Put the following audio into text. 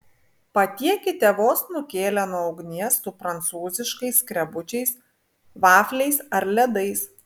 patiekite vos nukėlę nuo ugnies su prancūziškais skrebučiais vafliais ar ledais